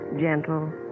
gentle